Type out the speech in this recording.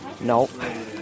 No